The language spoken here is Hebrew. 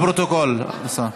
לפרוטוקול, השר.